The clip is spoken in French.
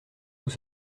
tout